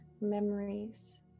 memories